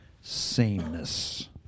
sameness